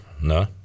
No